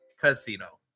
Casino